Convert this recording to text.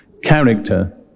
Character